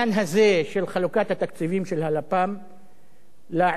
של חלוקת התקציבים של הלפ"מ לעיתונות הערבית.